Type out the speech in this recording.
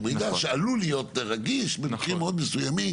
הוא מידע שעלול להיות רגיש במקרים מאוד מסוימים,